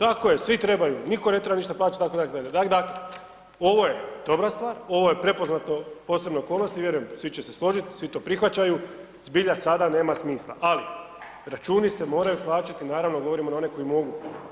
Napokon, tako je svi trebaju, nitko ne treba ništa plaćati …/nerazumljivo/… tako da ovo je dobra stvar, ovo je prepoznato posebne okolnosti i vjerujem svi će se složiti svi to prihvaćaju, zbilja sada nema smisla, ali računi se moraju plaćati naravno govorimo na one koji mogu.